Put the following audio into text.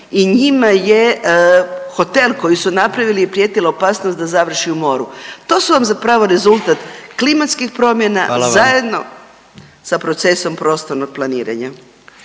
i njima je hotel koji su napravili je prijetila opasnost da završi u moru. To su vam zapravo rezultat klimatskih promjena i zajedno .../Upadica: Hvala vam./... sa procesom prostornog planiranja.